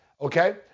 okay